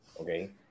Okay